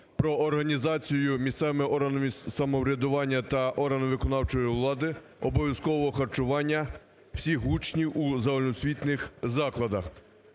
про організацію місцевими органами самоврядування та органами виконавчої влади обов'язкового харчування всіх учнів у загальноосвітніх закладах.